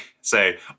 say